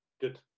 Good